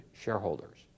shareholders